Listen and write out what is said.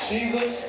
Jesus